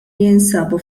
jinsabu